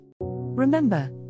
Remember